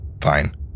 fine